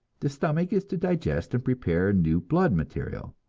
the stomach is to digest and prepare new blood material,